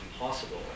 impossible